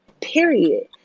Period